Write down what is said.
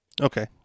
Okay